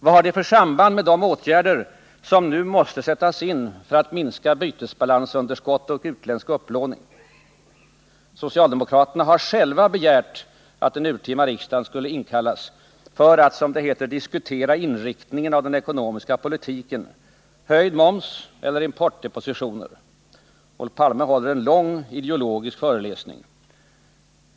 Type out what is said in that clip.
Vad hade det för samband med de åtgärder som nu måste sättas in för att minska bytesbalansunderskott och utländsk upplåning? Socialdemokraterna har själva begärt att den urtima riksdagen skulle inkallas för att, som det heter, diskutera inriktningen av den ekonomiska politiken: höjd moms eller importdepositioner. Men Olof Palme håller en lång ideologisk föreläsning.